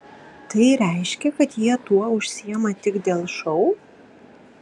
tai reiškia kad jie tuo užsiima tik dėl šou